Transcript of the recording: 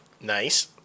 Nice